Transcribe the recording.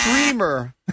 Streamer